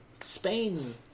Spain